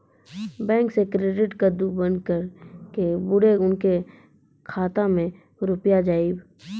Bank से credit card बन के बुरे उनके खाता मे रुपिया जाएब?